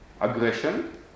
aggression